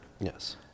Yes